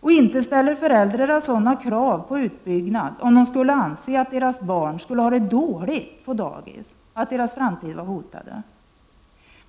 Och inte ställer föräldrarna sådana krav på utbyggnad, om de skulle anse att deras barn skulle ha det dåligt på dagis och att deras framtid var hotad där.